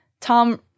Tom